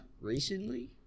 Recently